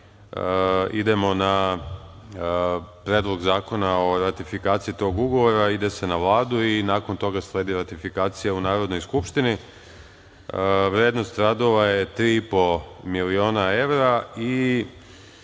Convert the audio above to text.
idemo na predlog zakona o ratifikaciji tog ugovora, ide se na Vladu i nakon toga sledi ratifikacija u Narodnoj skupštini. Vrednost radova je 3,5 miliona evra i